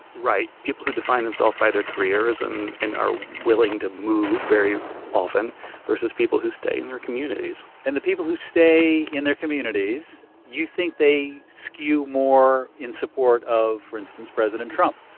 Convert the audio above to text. right. people who define themselves by their careers and and are willing to move very often vs. people who stay in their communities and the people who stay in their communities, you think they skew more in support of, of, for instance president trump?